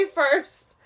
first